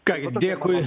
ką gi dėkui